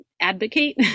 advocate